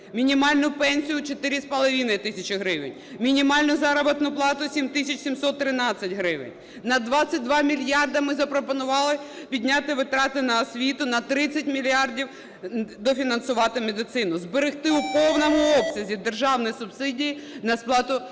мінімальну пенсію у 4 тисячі 500 гривень, мінімальну заробітну плату – 7 тисяч 713 гривень. На 22 мільярди ми запропонували підняти витрати на освіту, на 30 мільярдів дофінансувати медицину, зберегти в повному обсязі державні субсидії на сплату